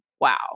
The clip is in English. wow